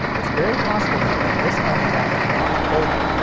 it's very possible, though, that this phone is actually much older,